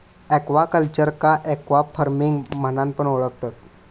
एक्वाकल्चरका एक्वाफार्मिंग म्हणान पण ओळखतत